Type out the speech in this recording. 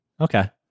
Okay